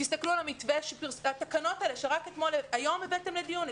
תסתכלו על המתווה של התקנות האלה שרק היום הבאתם לדיון,